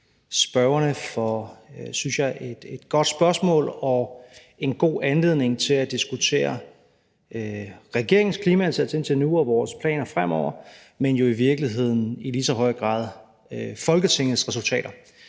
spørgerne for, synes jeg, et godt spørgsmål og en god anledning til at diskutere regeringens klimaindsats indtil nu og vores planer fremover, men i virkeligheden i lige så høj grad Folketingets resultater.